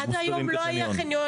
עד היום לא היה חניון?